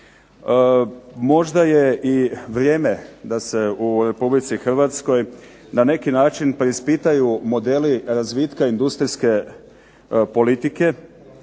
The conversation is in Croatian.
Možda je i vrijeme da se u RH na neki način preispitaju modeli razvitka industrijske politike.